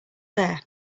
there